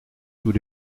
tous